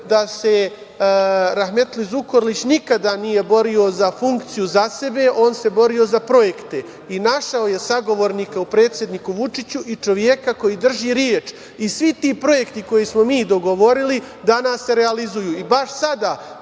da se rahmetli Zukorlić nikada nije borio za funkciju za sebe, on se borio za projekte i našao je sagovornika u predsedniku Vučiću i čoveka koji drži reč. Svi ti projekti koje smo mi dogovorili danas se realizuju. Baš sada